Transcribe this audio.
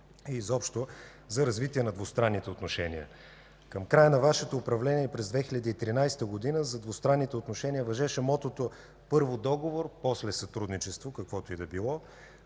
и изобщо за развитие на двустранните отношения. Към края на Вашето управление през 2013 г. за двустранните отношения важеше мотото „първо договор, после сътрудничество” – каквото и да било.